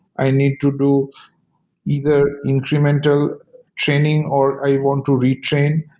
i need to do either incremental training, or i want to retrain.